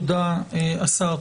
השר,